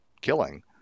killing